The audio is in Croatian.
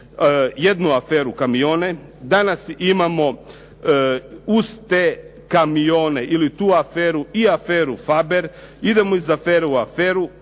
jednu aferu kamione, danas imamo uz te kamione ili tu aferu i aferu Faber. Idemo iz afere u aferu.